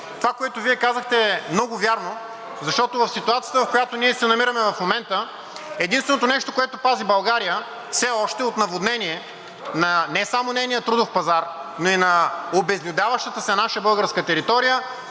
Това, което Вие казахте, е много вярно, защото в ситуацията, в която ние се намираме в момента, единственото нещо, което пази България все още от наводнение не само на нейния трудов пазар, но и на обезлюдяващата се наша българска територия,